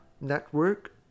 Network